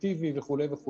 אפקטיבי וכולי.